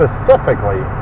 Specifically